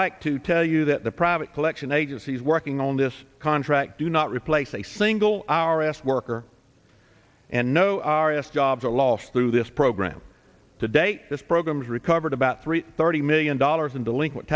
like to tell you that the private collection agencies working on this contract do not replace a single hour s worker and no i r s jobs are lost through this program today this program has recovered about three thirty million dollars in delinquent